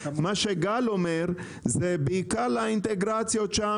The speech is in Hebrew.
מה שגל אומר זה בעיקר לאינטגרציות שם